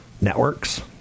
networks